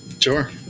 Sure